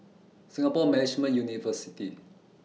Singapore Management University